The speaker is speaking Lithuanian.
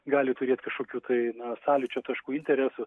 gali turėt turėt kažkokių tai na sąlyčio taškų interesų